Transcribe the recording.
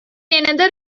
another